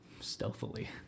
stealthily